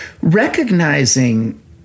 recognizing